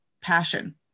passion